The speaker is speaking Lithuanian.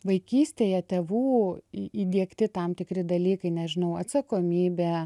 vaikystėje tėvų įdiegti tam tikri dalykai nežinau atsakomybė